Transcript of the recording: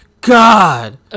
God